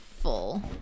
full